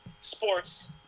sports